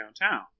downtown